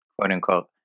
quote-unquote